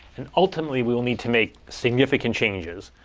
and ultimately, we will need to make significant changes.